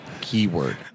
keyword